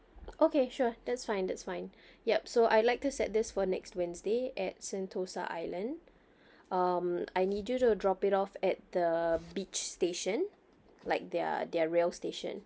okay sure that's fine that's fine yup so I like to set this for next wednesday at sentosa island um I need you to drop it off at the beach station like their their rail station